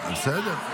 בסדר.